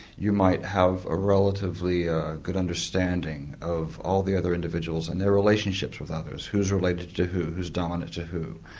you might have a relatively good understanding of all the other individuals and their relationships with others who is related to who, who is dominant to who.